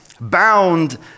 bound